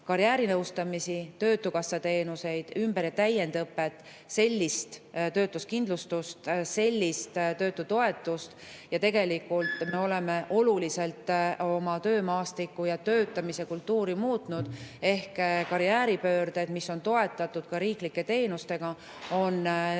karjäärinõustamisi, Töötukassa teenuseid, ümber‑ ja täiendõpet, sellist töötuskindlustust, sellist töötutoetust. Tegelikult me oleme oluliselt oma töömaastikku ja töötamiskultuuri muutnud. Karjääripöörded, mis on toetatud ka riiklike teenustega, on täiesti